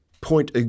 point